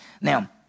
Now